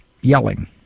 yelling